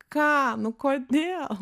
ką nu kodėl